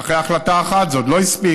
ואחרי החלטה אחת, זה עוד לא הספיק,